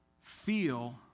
feel